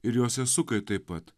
ir jos esukai taip pat